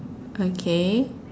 okay